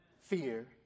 fear